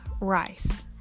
Rice